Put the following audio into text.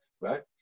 right